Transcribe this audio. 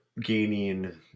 Gaining